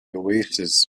oasis